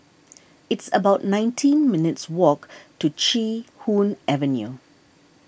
it's about nineteen minutes' walk to Chee Hoon Avenue